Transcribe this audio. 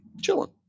chilling